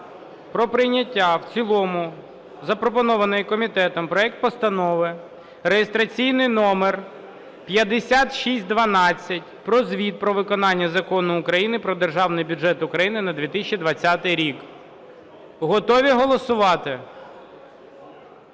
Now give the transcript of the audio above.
про прийняття в цілому запропонованого комітетом проекту Постанови, реєстраційний номер 5612, про звіт про виконання Закону України "Про Державний бюджет України на 2020 рік". Готові голосувати?